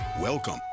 Welcome